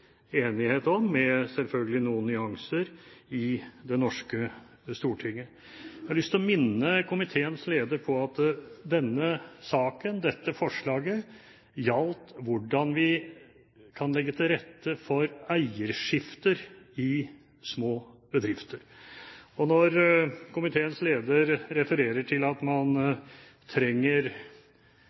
enighet, med selvfølgelig noen nyanser i Det norske storting. Jeg har lyst til å minne komiteens leder på at denne saken – dette forslaget – gjelder hvordan vi kan legge til rette for eierskifter i små bedrifter. Når komiteens leder refererer til at man trenger